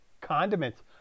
condiments